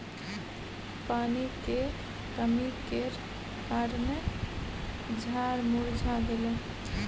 पानी के कमी केर कारणेँ झाड़ मुरझा गेलै